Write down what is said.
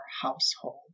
household